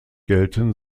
gelten